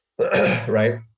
Right